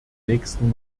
nächsten